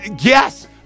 Yes